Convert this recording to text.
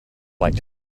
liked